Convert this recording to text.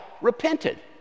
repented